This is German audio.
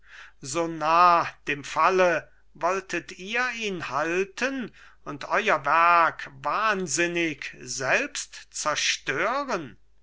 so nah dem falle wolltet ihr ihn halten und euer werk wahnsinnig selbst zerstören